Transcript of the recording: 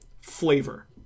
flavor